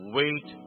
wait